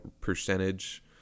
percentage